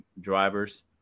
drivers